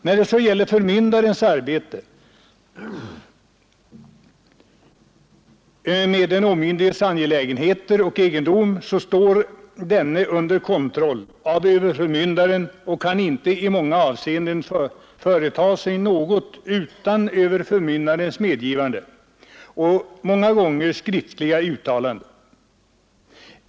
När det så gäller förmyndarens arbete med den omyndiges angelägenheter och egendom, så står denne under kontroll av överförmyndaren och kan inte i många avseenden företa sig något utan överförmyndarens medgivande och många gånger skriftliga uttalanden.